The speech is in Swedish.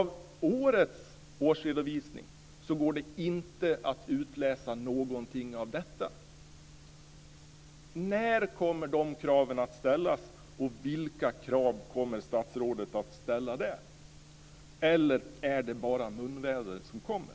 Av årets redovisning går det inte att utläsa någonting av detta. När kommer de kraven att ställas, och vilka krav kommer statsrådet att ställa då, eller är det bara munväder som kommer?